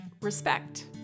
respect